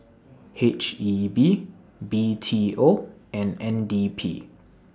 H E B B T O and N D P